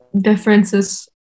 differences